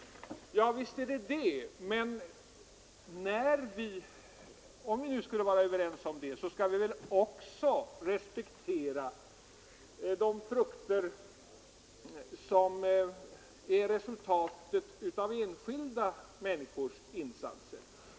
Ja visst, men om vi nu skulle vara överens om det, så borde vi väl också respektera de frukter som är resultatet av enskilda människors insatser.